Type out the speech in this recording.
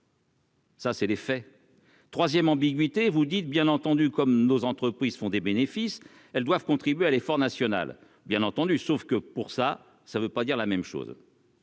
ça c'est l'effet 3ème ambiguïté vous dites bien entendu comme nos entreprises font des bénéfices, elles doivent contribuer à l'effort national, bien entendu, sauf que pour ça, ça veut pas dire la même chose,